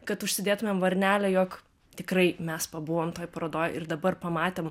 kad užsidėtumėm varnelę jog tikrai mes pabuvom toj parodoj ir dabar pamatėm